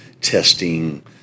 testing